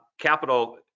capital